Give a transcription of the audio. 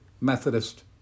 Methodist